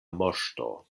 moŝto